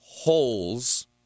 holes